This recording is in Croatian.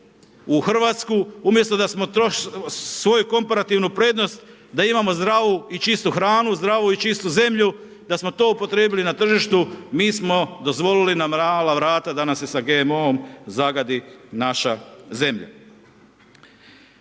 u Hrvatsku umjesto da smo svoju komparativnu prednost da imamo zdravu i čistu hranu, zdravu i čistu zemlju, da smo to upotrijebili na tržištu mi smo dozvolili .../Govornik se ne razumije./... da nam se sa GMO-om zagadi naša zemlja.